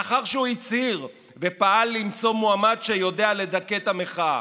לאחר שהוא הצהיר ופעל למצוא מועמד שיודע לדכא את המחאה.